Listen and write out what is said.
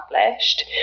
established